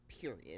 period